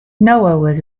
noah